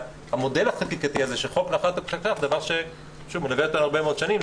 והמודל החקיקתי הזה של חוק --- זה דבר שמלווה אותנו הרבה מאוד שנים.